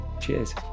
Cheers